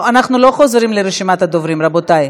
לא, אנחנו לא חוזרים לרשימת הדוברים, רבותי.